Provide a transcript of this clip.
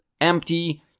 empty